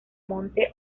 monte